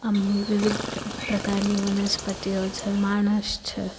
આમ વિવિધ પ્રકારની વનસ્પતિઓ છે માણસ છે